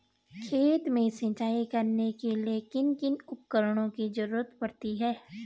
खेत में सिंचाई करने के लिए किन किन उपकरणों की जरूरत पड़ती है?